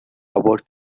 about